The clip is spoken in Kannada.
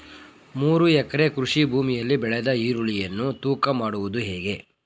ಮೂರು ಎಕರೆ ಕೃಷಿ ಭೂಮಿಯಲ್ಲಿ ಬೆಳೆದ ಈರುಳ್ಳಿಯನ್ನು ತೂಕ ಮಾಡುವುದು ಹೇಗೆ?